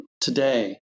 today